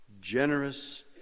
generous